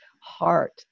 heart